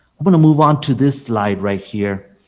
am going to move on to this slide right here.